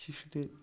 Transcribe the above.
শিশুদের